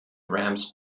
rams